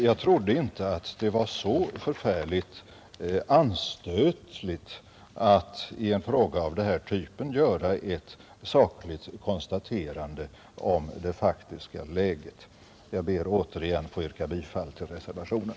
Jag trodde inte att det var så förfärligt anstötligt att i en fråga av denna typ göra ett sakligt konstaterande om det faktiska läget. Herr talman! Jag ber återigen att få yrka bifall till reservationen.